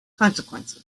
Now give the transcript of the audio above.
consequences